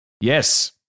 Yes